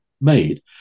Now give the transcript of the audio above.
made